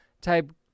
type